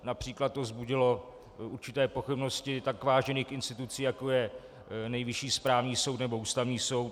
Například to vzbudilo určité pochybnosti tak vážených institucí, jako je Nejvyšší správní soud nebo Ústavní soud.